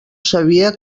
sabia